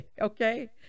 okay